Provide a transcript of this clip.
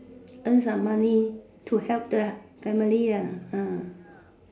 earn some money to help the family ah ah